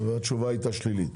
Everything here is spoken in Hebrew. והתשובה הייתה שלילית.